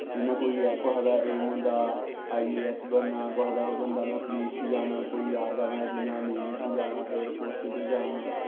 जि'यां कोई कुसा दा ऐम होंदा आई ए ऐस्स बनना कुसा दा बनदा में पुलिस च जाना कोई आखदा जि'यां में नेवी च जाना एयर फोर्स च जाना